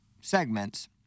segments